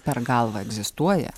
per galvą egzistuoja